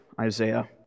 Isaiah